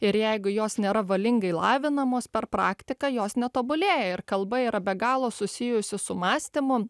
ir jeigu jos nėra valingai lavinamos per praktiką jos netobulėja ir kalba yra be galo susijusių su mąstymu